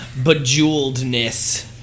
bejeweledness